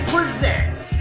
Presents